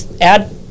add